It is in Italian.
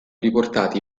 riportati